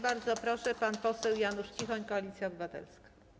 Bardzo proszę, pan poseł Janusz Cichoń, Koalicja Obywatelska.